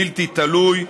בלתי תלוי,